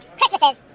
Christmases